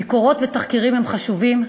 ביקורות ותחקירים הם חשובים,